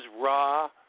raw